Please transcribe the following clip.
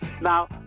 Now